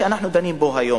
שאנחנו דנים בו היום,